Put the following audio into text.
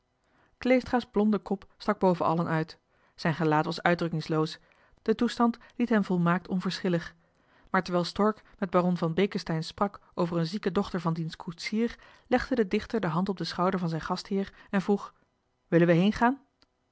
endymion kleestra's blonde kop stak boven allen uit zijn gelaat was uitdrukkingloos de toestand liet hem volmaakt onverschillig maar terwijl stork met baron van beeckesteyn sprak over een zieke dochter van diens koetsier legde de dichter de hand op den schouder van zijn gastheer en vroeg willen we